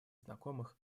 знакомых